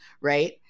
right